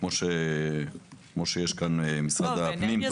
כמו שיש כאן משרד הפנים,